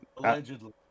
Allegedly